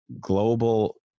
global